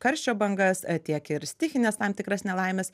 karščio bangas tiek ir stichines tam tikras nelaimes